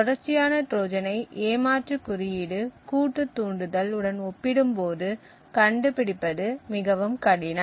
தொடர்ச்சியான ட்ரோஜனை ஏமாற்று குறியீடு கூட்டு தூண்டுதல் உடன் ஒப்பிடும்போது கண்டு பிடிப்பது மிகவும் கடினம்